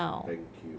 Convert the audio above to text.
thank you